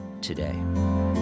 today